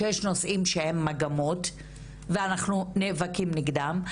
שיש נושאים שהם מגמות ואנחנו נאבקים נגדם,